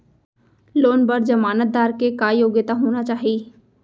Loan बर जमानतदार के का योग्यता होना चाही?